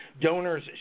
donors